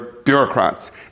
bureaucrats